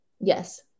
Yes